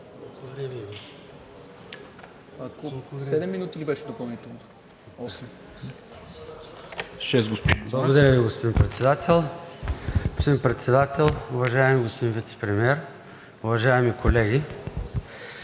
Председател. Господин Председател, уважаеми господин Вицепремиер, уважаеми колеги!